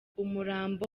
umurambo